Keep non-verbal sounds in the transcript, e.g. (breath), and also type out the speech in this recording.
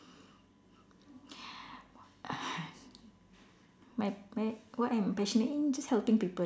(breath) my my what I'm passionate in just helping people